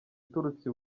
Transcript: uturutse